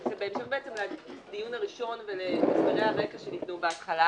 זה בהמשך בעצם לדיון הראשון ולהסברי הרקע שניתנו בהתחלה.